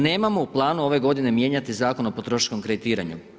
Nemamo u planu ove godine mijenjati Zakon o potrošačkom kreditiranju.